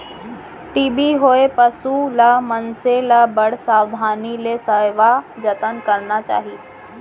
TB होए पसु ल, मनसे ल बड़ सावधानी ले सेवा जतन करना चाही